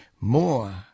More